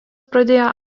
pradėjo